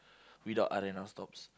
without R-and-R stops